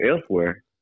elsewhere